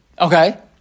Okay